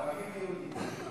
ערבים ויהודים.